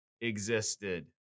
existed